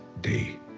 day